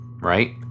right